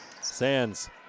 Sands